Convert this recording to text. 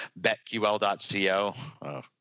betql.co